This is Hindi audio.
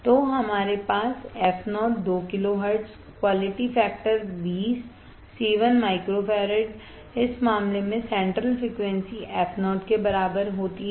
तो हमारे पास f o 2 kilohertz quality factor 20c 1 microfarad इस मामले में सेंट्रल फ्रीक्वेंसी fo के बराबर होती है